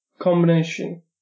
combination